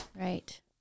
Right